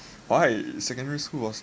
why secondary school was